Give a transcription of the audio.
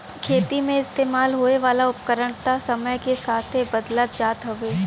खेती मे इस्तेमाल होए वाला उपकरण त समय के साथे बदलत जात हउवे